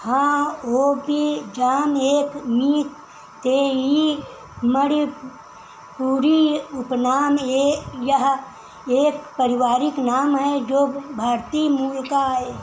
हाओबिजाम एक मैतेई मणिपुरी उपनाम ये यह एक पारिवारिक नाम है जो भारतीय मूल का है